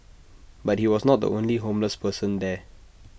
but he was not the only homeless person there